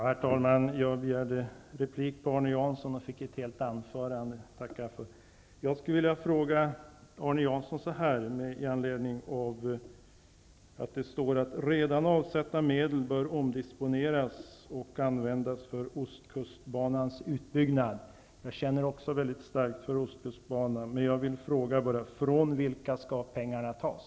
Herr talman! Jag begärde replik på Arne Janssons anförande, och jag fick ett helt anförande. Med anledning av att det framkommer att redan avsatta medel bör omdisponeras och användas för ostkustbanans utbyggnad -- jag känner också starkt för ostkustbanan -- undrar jag varifrån pengarna skall tas.